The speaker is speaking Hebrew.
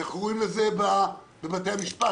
איך קוראים לזה בבתי המשפט?